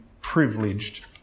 privileged